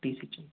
T C चाहिए